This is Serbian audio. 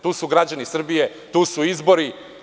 Tu su građani Srbije, tu su izbori.